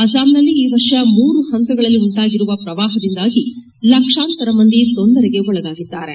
ಅಸ್ಲಾಂನಲ್ಲಿ ಈ ವರ್ಷ ಮೂರು ಹಂತಗಳಲ್ಲಿ ಉಂಟಾಗಿರುವ ಪ್ರವಾಹದಿಂದಾಗಿ ಲಕ್ಷಾಂತರ ಮಂದಿ ತೊಂದರೆಗೆ ಒಳಗಾಗಿದ್ದಾರೆ